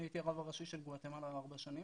אני הייתי הרב הראשי של גואטמלה ארבע שנים,